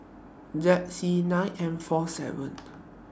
Z C nine M four seven